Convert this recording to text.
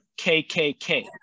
KKK